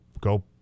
go